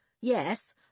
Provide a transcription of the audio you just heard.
Yes